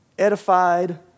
edified